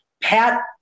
pat